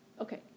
okay